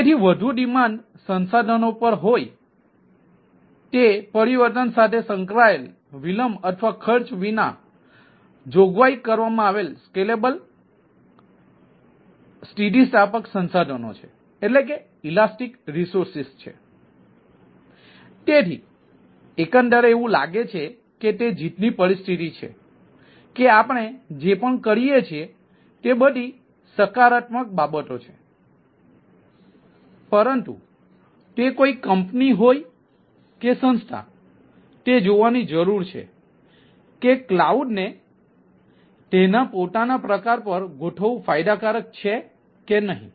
તેથી એકંદરે એવું લાગે છે કે તે જીતની પરિસ્થિતિ છે કે આપણે જે પણ કરીએ છીએ તે બધી સકારાત્મક બાબતો છે પરંતુ તે કોઈ કંપની હોય કે સંસ્થા તે જોવાની જરૂર છે કે કલાઉડને તેના પોતાના પ્રકાર પર ગોઠવવું ફાયદાકારક છે કે નહીં